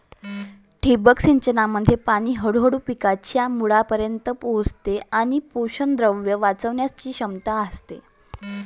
ठिबक सिंचनामध्ये पाणी हळूहळू पिकांच्या मुळांपर्यंत पोहोचते आणि पोषकद्रव्ये वाचवण्याची क्षमता असते